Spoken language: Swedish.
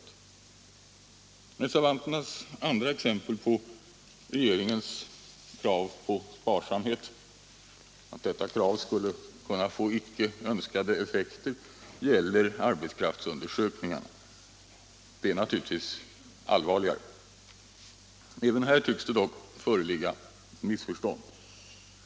Nr 92 Reservanternas andra exempel på att regeringens krav på sparsamhet Onsdagen den skulle kunna få icke önskade effekter gäller arbetskraftsundersökning 23 mars 1977 arna. Det är naturligtvis allvarligare. Även här tycks det dock föreligga missförstånd.